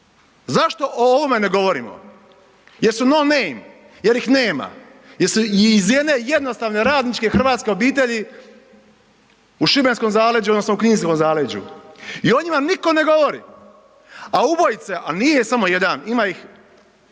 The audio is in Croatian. zašto o ovome ne govorimo? Jer su no name, jer ih nema, jer su iz jedne jednostavne radničke hrvatske obitelji u šibenskom zaleđu odnosno u kninskom zaleđu. I o njima nitko ne govori. A ubojice, a nije samo jedan, ima ih